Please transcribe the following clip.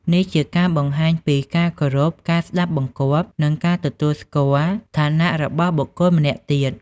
នេះជាការបង្ហាញពី ការគោរព ការស្ដាប់បង្គាប់ និងការទទួលស្គាល់ ឋានៈរបស់បុគ្គលម្នាក់ទៀត។